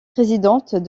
présidente